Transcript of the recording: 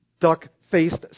duck-faced